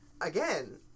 Again